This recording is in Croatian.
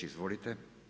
Izvolite.